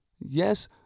yes